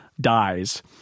dies